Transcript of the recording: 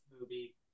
movie